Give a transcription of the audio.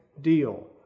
deal